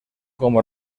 como